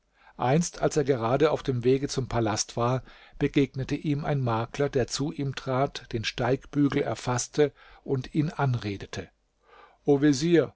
einst als er gerade auf dem wege zum palaste war begegnete ihm ein makler der zu ihm trat den steigbügel erfaßte und ihn anredete o vezier